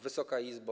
Wysoka Izbo!